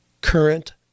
current